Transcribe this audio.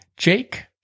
Jake